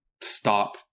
stop